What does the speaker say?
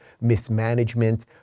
mismanagement